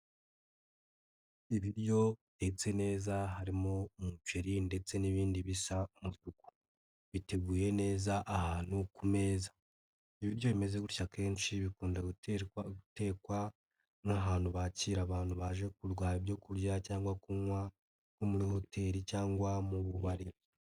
Ibiryo bitetse neza harimo umuceri ndetse n'ibindi bisa umutuku, biteguye neza ahantu ku meza. Ibiryo bimeze gutya akenshi bikunda guterwa gutekwa n'ahantu bakira abantu baje kuhaha ibyo kurya cyangwa kunywa nko muri hoteli cyangwa mu tubari.